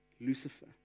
Lucifer